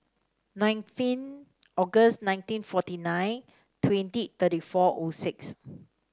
nineteen August nineteen forty nine twenty thirty four O six